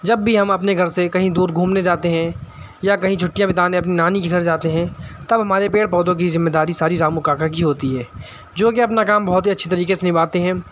جب بھی ہم اپنے گھر سے کہیں دور گھومنے جاتے ہیں یا کہیں چھٹیاں بتانے اپنی نانی کے گھر جاتے ہیں تب ہمارے پیڑ پودھوں کی ذمہ داری ساری رامو کاکا کی ہوتی ہے جوکہ اپنا کام بہت ہی اچھی طریقے سے نبھاتے ہیں